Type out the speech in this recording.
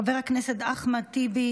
חבר הכנסת אחמד טיבי,